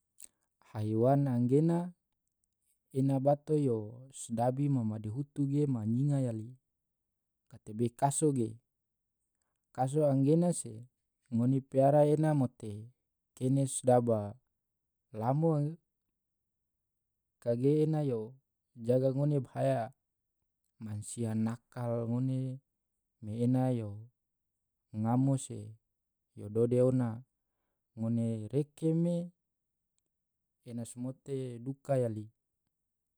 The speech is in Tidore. haiwan angena ena bato yo sodabi ma madihutu ge ma nyinga yali, gatebe kaso ge, kaso angena se ngone piara ena mote kene sodo lamo kage ena yo jaga ngone bahaya, mansia nakal ngone me ena yo ngamo se yo dode ona, ngone reke me ena somote duka yali.